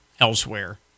elsewhere